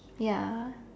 ya